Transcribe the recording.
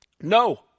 No